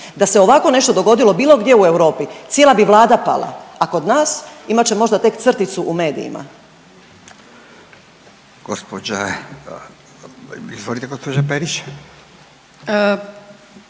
Da se ovako nešto dogodilo bilo gdje u Europi, cijela bi Vlada pala, a kod nas imat će možda tek crticu u medijima.